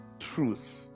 truth